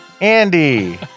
Andy